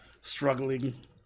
struggling